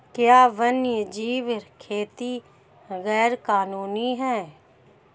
क्या वन्यजीव खेती गैर कानूनी है?